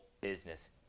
business